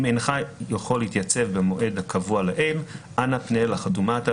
אם אינך יכול להתייצב במועד הקבוע לעיל אנא פנה לחתום מטה